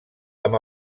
amb